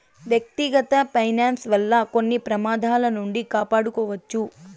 వ్యక్తిగత ఫైనాన్స్ వల్ల కొన్ని ప్రమాదాల నుండి కాపాడుకోవచ్చు